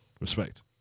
respect